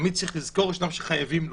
תמיד יש לזכור שחייבים לו.